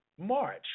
March